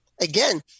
again